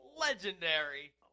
legendary